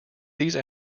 these